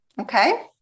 okay